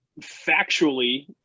factually